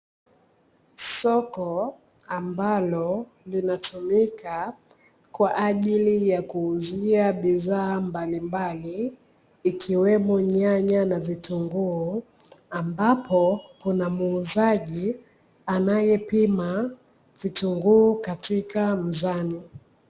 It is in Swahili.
Soko ambalo linatumika kwa ajili ya kuuzia bidhaa mbalimbali, ikiwemo nyanya na vitunguu, ambapo kuna muuzaji anayepima vitunguu katika mzani.